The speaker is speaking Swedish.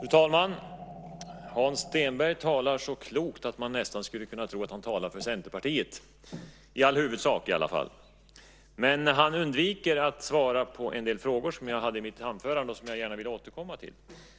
Fru talman! Hans Stenberg talar så klokt att man nästan skulle kunna tro att han talar för Centerpartiet, i all huvudsak i alla fall. Men han undviker att svara på en del frågor som jag ställde i mitt anförande och som jag gärna vill återkomma till.